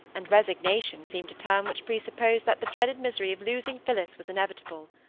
and resignation seemed a term which presupposed that the dreaded misery of losing phillis was inevitable.